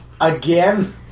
again